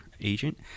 agent